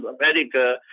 America